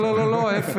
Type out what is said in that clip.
לא, לא, לא, ההפך.